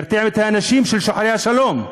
ירתיע את האנשים שהם שוחרי השלום.